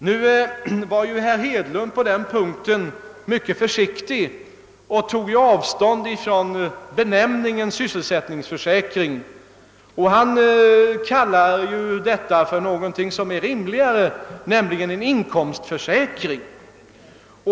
Herr Hedlund var mycket försiktig på den punkten och tog avstånd från benämningen »sysselsättningsförsäkring». Han kallade det för någonting rimligare, nämligen inkomstförsäkring.